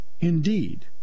Indeed